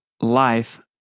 life